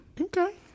okay